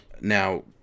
Now